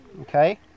Okay